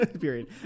Period